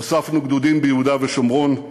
הוספנו גדודים ביהודה ושומרון,